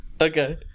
Okay